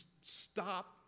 stop